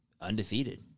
undefeated